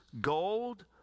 gold